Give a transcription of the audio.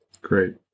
Great